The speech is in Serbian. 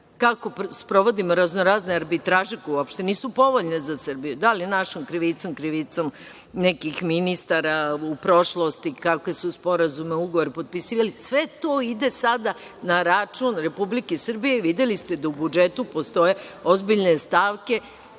sprovodimo raznorazne arbitraže koje uopšte nisu povoljne za Srbiju? Da li je našom krivicom, krivicom nekih ministara u prošlosti, kakve su sporazume i ugovore potpisivali, sve to ide sada na račun Republike Srbije. Videli ste da u budžetu postoje ozbiljne stavke